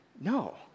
No